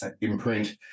imprint